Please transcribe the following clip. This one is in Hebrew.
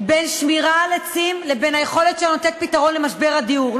בין שמירה על עצים לבין היכולת שלנו לתת פתרון למשבר הדיור.